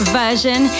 version